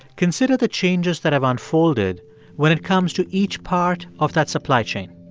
consider the changes that have unfolded when it comes to each part of that supply chain.